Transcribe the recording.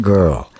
Girl